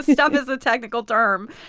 stuff is a technical term.